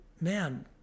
man